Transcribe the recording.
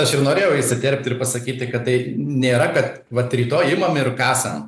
aš ir norėjau įsiterpti ir pasakyti kad tai nėra kad vat rytoj imam ir kasam